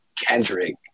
Kendrick